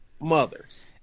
mothers